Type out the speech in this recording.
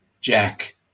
Jack